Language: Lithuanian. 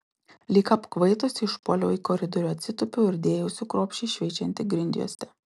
lyg apkvaitusi išpuoliau į koridorių atsitūpiau ir dėjausi kruopščiai šveičianti grindjuostę